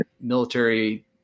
military